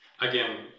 again